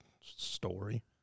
story